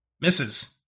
Misses